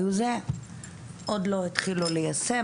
עוד לא התחילו ליישם,